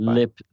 lip